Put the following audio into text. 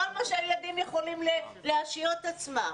כל הדברים שהילדים יכולים להעשיר את עצמם